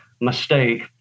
mistake